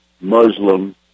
Muslim